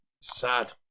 Sad